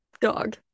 dog